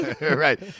right